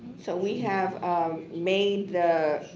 so we have made the